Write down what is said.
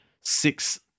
six